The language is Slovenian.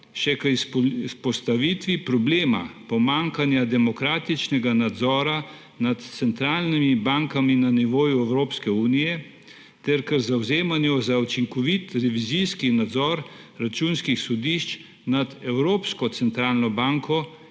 še k vzpostavitvi problema pomanjkanja demokratičnega nadzora nad centralnimi bankami na nivoju Evropske unije ter k zavzemanju za učinkovit revizijski nadzor računskih sodišč nad Eevropsko centralno banko